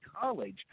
college